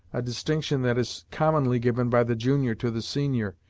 a distinction that is commonly given by the junior to the senior,